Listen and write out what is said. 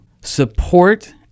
support